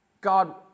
God